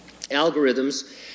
algorithms